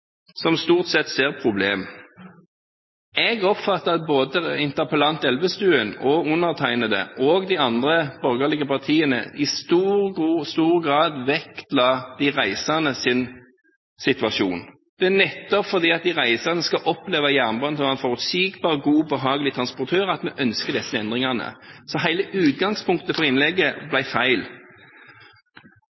som stort sett ser problemer. Jeg oppfatter at både interpellant Elvestuen, undertegnede og de andre borgerlige partiene i stor grad vektla de reisendes situasjon. Det er nettopp fordi de reisende skal oppleve jernbanen som en forutsigbar, god og behagelig transportør, vi ønsker de endringene. Så hele utgangspunktet for innlegget